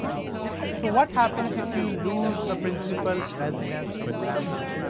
so what happens if you lose the principal residence exemption